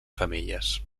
femelles